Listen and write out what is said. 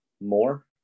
more